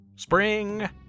Spring